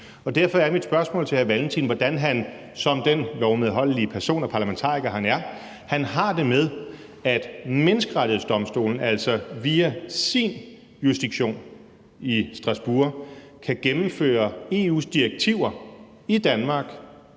Derfor er mit spørgsmål til hr. Carl Valentin, hvordan han, som den lovmedholdelige person og parlamentariker han er, har det med, at Menneskerettighedsdomstolen via sin jurisdiktion i Strasbourg kan gennemføre EU's direktiver i Danmark,